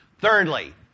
Thirdly